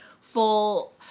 full